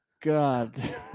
god